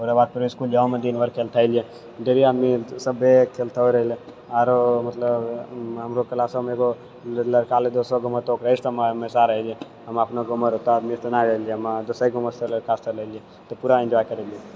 ओकरा बाद फेर इसकुलमे जाउमे दिनभर खेलते एलियै ढ़ेरी आदमी सब भी खेलतौ रहले आरो मतलब हम हमरो क्लासोमे एगो लड़का लए दोस सब घुमतो ओकरे सबमे हमेशा लए रहियै हम अपना गाँवमे तऽ ओते आदमी तऽ नहि रहै जे हम दोसरे गाँवमे सँ लड़का सब ले रहियै तऽ पूरा इन्जॉय करलियै